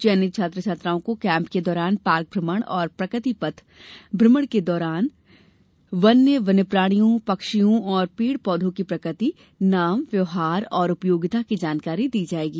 चयनित छात्र छात्राओं को केम्प के दौरान पार्क भ्रमण और प्रकृति पथ भ्रमण के माध्यम से वन वन्य प्राणियों पक्षियों और पेड़ पौधों की प्रकृति नाम व्यवहार और उपयोगिता की जानकारी दी जायेगी